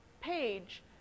page